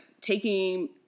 taking